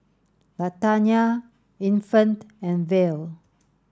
Latanya Infant and Val